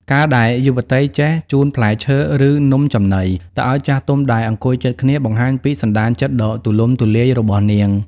ការដែលយុវតីចេះ "ជូនផ្លែឈើ ឬនំចំណី" ទៅឱ្យចាស់ទុំដែលអង្គុយជិតគ្នា បង្ហាញពីសណ្ដានចិត្តដ៏ទូលំទូលាយរបស់នាង។